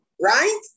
right